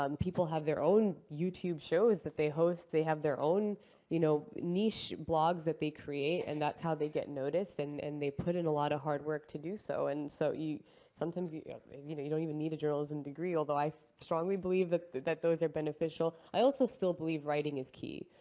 um people have their own youtube shows that they host. they have their own you know niche blogs that they create. and that's how they get noticed. and and they put in a lot of hard work to do so, and so, you sometimes you know yeah you know, you don't even need a journalism degree, although i strongly believe that that those are beneficial. i also still believe writing is key.